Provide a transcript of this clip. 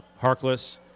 harkless